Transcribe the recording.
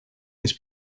this